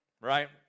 right